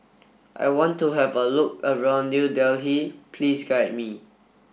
I want to have a look around New Delhi Please guide me